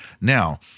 Now